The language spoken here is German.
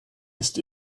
ist